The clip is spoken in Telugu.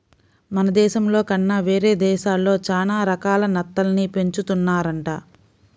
మన దేశంలో కన్నా వేరే దేశాల్లో చానా రకాల నత్తల్ని పెంచుతున్నారంట